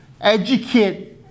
educate